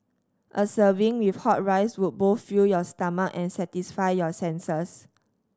a serving with hot rice would both fill your stomach and satisfy your senses